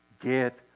get